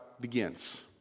begins